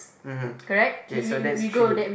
(mm hmm) okay so that's three